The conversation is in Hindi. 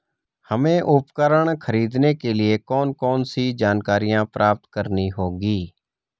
हमें उपकरण खरीदने के लिए कौन कौन सी जानकारियां प्राप्त करनी होगी?